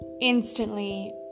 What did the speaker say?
instantly